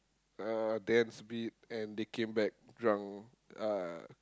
uh dance a bit and they came back drunk uh